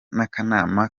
n’akanama